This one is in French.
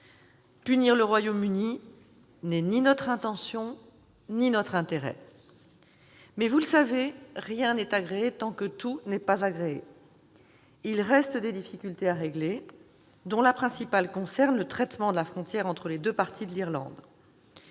punir celui-ci n'est ni notre intention ni notre intérêt. Vous le savez, rien n'est agréé tant que tout n'est pas agréé. Il reste des difficultés à régler, dont la principale concerne le traitement de la frontière entre les deux parties de l'Irlande.